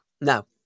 No